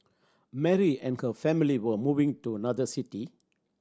Mary and her family were moving to another city